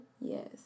Yes